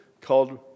called